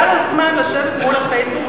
היה לו זמן לשבת מול הפייסבוק,